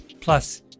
Plus